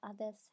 others